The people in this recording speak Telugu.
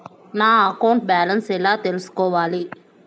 నా అకౌంట్ బ్యాలెన్స్ ఎలా తెల్సుకోవాలి